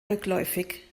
rückläufig